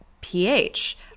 pH